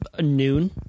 noon